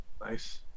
Nice